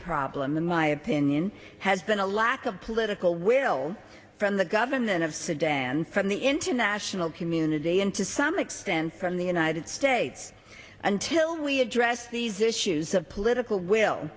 problem in my opinion has been a lack of political will from the government of sudan from the international community and to some extent from the united states until we address these issues of political will